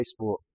Facebook